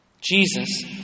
Jesus